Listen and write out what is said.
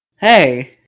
Hey